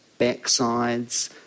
backsides